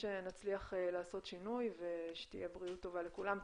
שנצליח לעשות שינוי ושתהיה בריאות טובה לכולם.